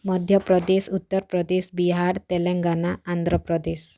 ମଧ୍ୟ ପ୍ରଦେଶ ଉତ୍ତର ପ୍ରଦେଶ ବିହାର ତେଲେଙ୍ଗାନା ଆନ୍ଧ୍ର ପ୍ରଦେଶ